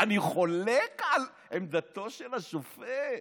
אני חולק על עמדתו של השופט.